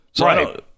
Right